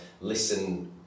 listen